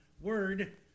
word